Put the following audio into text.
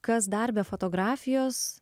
kas dar be fotografijos